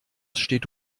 steht